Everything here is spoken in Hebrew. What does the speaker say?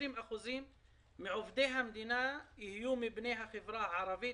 20% מעובדי המדינה יהיו מבני החברה הערבית,